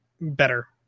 better